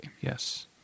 Yes